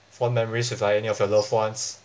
fond memories with like any of your loved ones